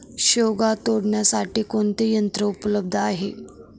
शेवगा तोडण्यासाठी कोणते यंत्र उपलब्ध आहे?